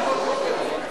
חבר הכנסת אפללו.